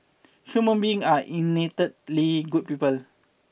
human beings are innately good people